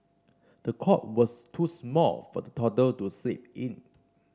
the cot was too small for the toddler to sleep in